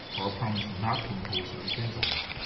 are a promise not to impose certain things on us,